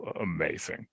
Amazing